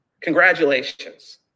congratulations